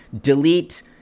delete